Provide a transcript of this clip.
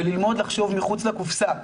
וללמוד לחשוב מחוץ לקופסה.